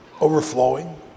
overflowing